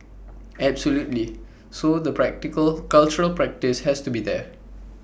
absolutely so the practically cultural practice has to be there